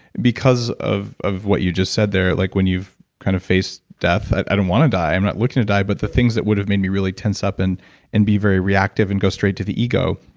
because of of what you just said there. like when you've kind of faced death. i don't want to die, i'm not looking to die, but the things that would have made me tense up and and be very reactive and go straight to the ego,